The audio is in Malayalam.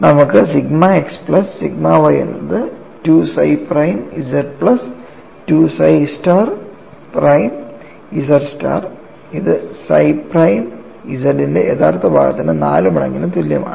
നമുക്ക് sigma x plus sigma y എന്നത് 2 psi prime z plus 2 psi star prime z star ഇത് psi പ്രൈം z ന്റെ യഥാർത്ഥ ഭാഗത്തിന് 4 മടങ്ങ് തുല്യമാണ്